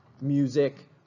music